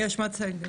המצגת.